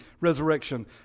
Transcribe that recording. resurrection